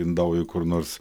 indaujoj kur nors